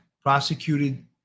prosecuted